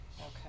Okay